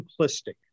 simplistic